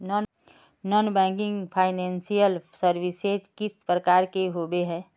Non banking financial services किस प्रकार के होबे है?